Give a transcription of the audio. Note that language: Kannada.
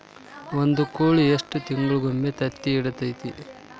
ಒಂದ್ ಕೋಳಿ ಎಷ್ಟ ತಿಂಗಳಿಗೊಮ್ಮೆ ತತ್ತಿ ಇಡತೈತಿ?